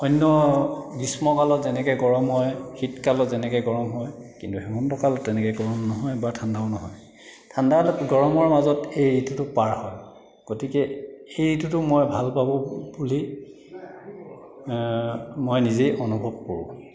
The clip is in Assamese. অন্য গ্ৰীষ্মকালত যেনেকৈ গৰম হয় শীতকালত যেনেকৈ গৰম হয় কিন্তু হেমন্ত কালত তেনেকৈ গৰম নহয় বা ঠাণ্ডাও নহয় ঠাণ্ডা গৰমৰ মাজত এই ঋতুটো পাৰ হয় গতিকে এই ঋতুটো মই ভাল পাব বুলি মই নিজেই অনুভৱ কৰোঁ